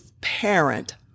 parent